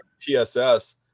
TSS